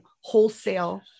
wholesale